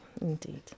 indeed